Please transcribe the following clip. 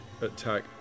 attack